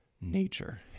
nature